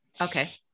Okay